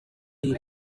ngo